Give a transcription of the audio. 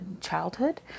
childhood